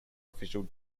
official